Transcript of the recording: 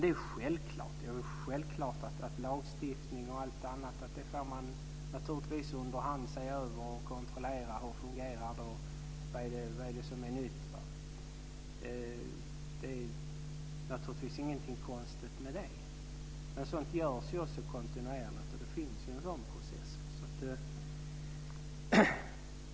Det är självklart att man under hand får se över lagstiftningen och kontrollera om den fungerar. Det är naturligtvis ingenting konstigt med det. Sådant görs ju också kontinuerligt. Det finns en sådan process.